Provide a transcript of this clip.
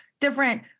different